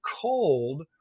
cold